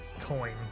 coin